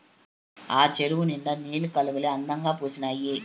ఆ చెరువు నిండా నీలి కలవులే అందంగా పూసీనాయి